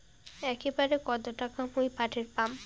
একবারে কত টাকা মুই পাঠের পাম?